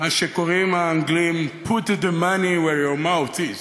מה שקוראים האנגלים:put the money where your mouth is,